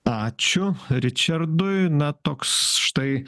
ačiū ričardui na toks štai